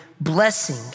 blessing